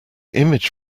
image